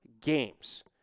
games